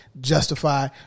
justify